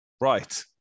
Right